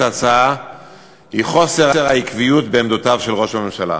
ההצעה היא חוסר העקביות בעמדותיו של ראש הממשלה.